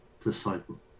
disciple